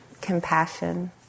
compassion